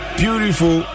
beautiful